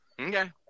Okay